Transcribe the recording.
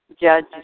judge